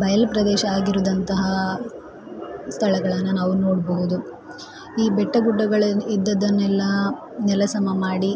ಬಯಲು ಪ್ರದೇಶ ಆಗಿರುವಂತಹ ಸ್ಥಳಗಳನ್ನು ನಾವು ನೋಡಬಹುದು ಈ ಬೆಟ್ಟ ಗುಡ್ಡಗಳು ಇದ್ದದ್ದನ್ನೆಲ್ಲ ನೆಲ ಸಮ ಮಾಡಿ